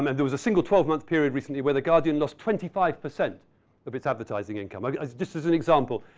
um and there was a single twelve month period recently where the guardian lost twenty five percent of its advertising income, just as an example.